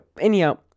anyhow